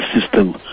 system